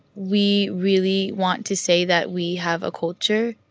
we really want to say that we have a culture,